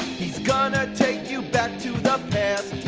he's gonna take you back to the past.